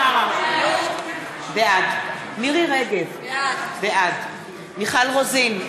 בעד מירי רגב, בעד מיכל רוזין,